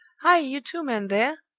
hi! you two men there!